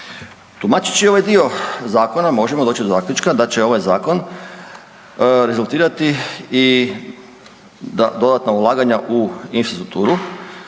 Tumačeći ovaj dio zakona možemo doći do zaključka da će ovaj zakon rezultirati i dodatna ulaganja u infrastrukturu